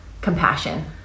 compassion